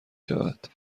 شود